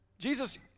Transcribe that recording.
Jesus